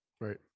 right